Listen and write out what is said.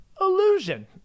Illusion